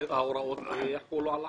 ההוראות יחולו על החדש,